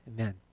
Amen